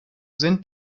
sind